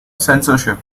censorship